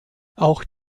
auch